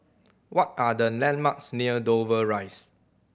what are the landmarks near Dover Rise